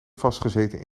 vastgezeten